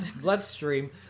Bloodstream